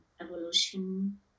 evolution